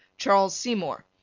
charles seymour,